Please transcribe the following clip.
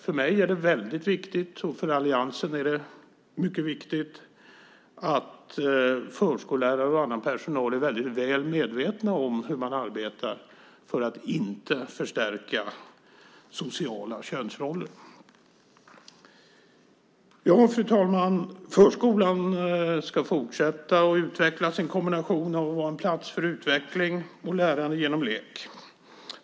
För mig och för alliansen är det mycket viktigt att förskollärare och annan personal är väldigt väl medvetna om hur man arbetar för att inte förstärka sociala könsroller. Fru talman! Förskolan ska fortsätta att utvecklas. Den ska vara en plats för utveckling och lärande genom lek.